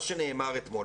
מה שנאמר אתמול,